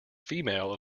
female